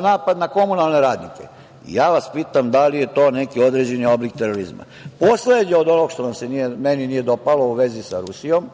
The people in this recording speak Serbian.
napad na komunalne radnike. Ja vas pitam – da li je to neki određeni oblik terorizma? Poslednje od onog što se meni nije dopalo u vezi sa Rusijom